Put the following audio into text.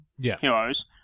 heroes